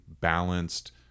balanced